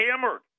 hammered